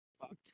Fucked